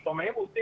לא שומעים.